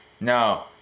No